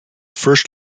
first